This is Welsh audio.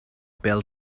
bêl